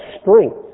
strength